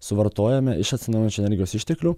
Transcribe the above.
suvartojame iš atsinaujinančių energijos išteklių